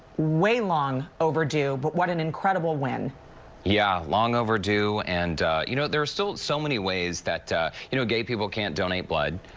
way long overdue, but what an incredible win. derrick yeah, long overdue and you know there's still so many ways that you know gay people can't donate blood.